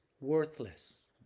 worthless